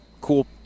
cool